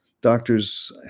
doctor's